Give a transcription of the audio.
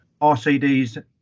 RCDs